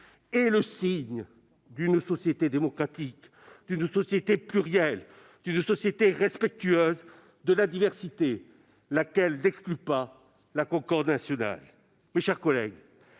est le signe d'une société démocratique plurielle, respectueuse de la diversité, laquelle n'exclut pas la concorde nationale. Mes chers collègues,